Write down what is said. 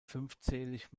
fünfzählig